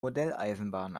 modelleisenbahn